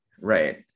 Right